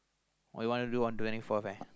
what you want to do on twenty fourth ah